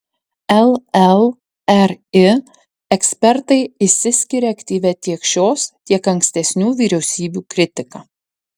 llri ekspertai išsiskiria aktyvia tiek šios tiek ankstesnių vyriausybių kritika